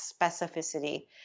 specificity